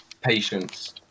patience